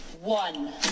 one